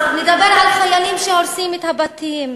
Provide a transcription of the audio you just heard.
אז נדבר על חיילים שהורסים את הבתים,